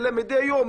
אלא מדי יום,